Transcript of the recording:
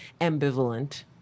ambivalent